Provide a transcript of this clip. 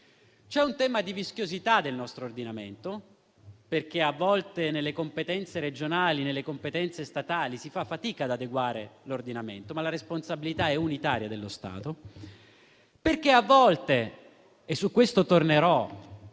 C'è un tema di vischiosità del nostro ordinamento, perché a volte nelle competenze regionali e nelle competenze statali si fa fatica ad adeguare l'ordinamento, ma la responsabilità è unitaria dello Stato, perché a volte - e su questo tornerò